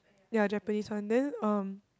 ya Japanese one then um